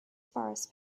forest